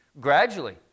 gradually